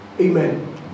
Amen